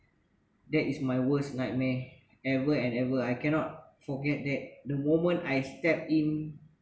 that is my worst nightmare ever and ever I cannot forget that the moment I stepped in